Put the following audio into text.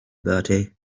bertie